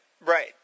Right